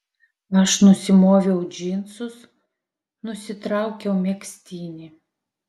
aš nusimoviau džinsus nusitraukiau megztinį